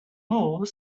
more